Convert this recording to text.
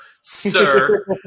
sir